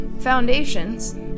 foundations